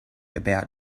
about